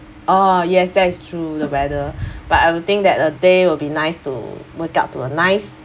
uh yes that is true the weather but I will think that a day will be nice to wake up to a nice